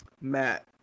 matt